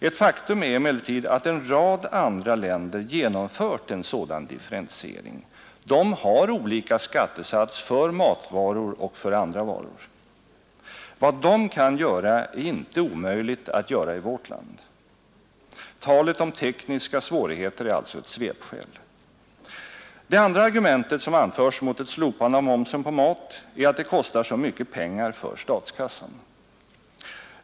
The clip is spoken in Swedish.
Ett faktum är emellertid att en rad andra länder genomfört en sådan differentiering — de har olika skattesats för matvaror och för andra varor. Vad de kan göra är inte omöjligt att göra i vårt land. Talet om tekniska svårigheter är alltså ett svepskäl. Det andra argumentet som anförs mot ett slopande av momsen på mat är att det kostar så mycket pengar för statskassan.